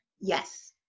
yes